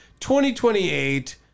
2028